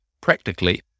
practically